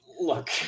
look